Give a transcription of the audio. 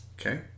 Okay